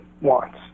wants